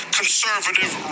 conservative